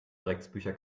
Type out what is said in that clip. drecksbücher